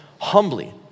humbly